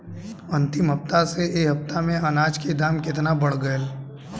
अंतिम हफ्ता से ए हफ्ता मे अनाज के दाम केतना बढ़ गएल?